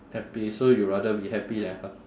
happy so you rather be happy than